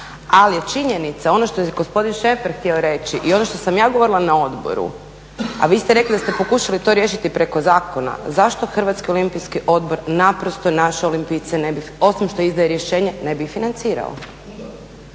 Ali je činjenica, ono što je gospodin Šemper htio reći i ono što sam ja govorila na odboru, a vi ste pokušali to riješiti preko zakona, zašto Hrvatski olimpijski odbor naprosto naše olimpijce osim što izdaje rješenje ne bi financirao,